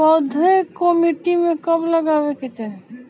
पौधे को मिट्टी में कब लगावे के चाही?